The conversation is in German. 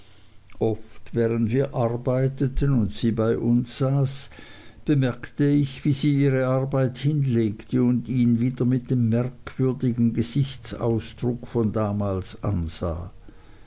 oft während wir arbeiteten und sie bei uns saß bemerkte ich wie sie ihre arbeit hinlegte und ihn wieder mit dem merkwürdigen gesichtsausdruck von damals ansah